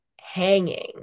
hanging